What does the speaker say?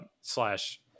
slash